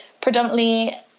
predominantly